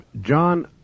John